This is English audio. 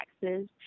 taxes